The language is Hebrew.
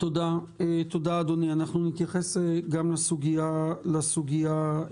תודה אדוני, אנחנו נתייחס גם לסוגיה הזו.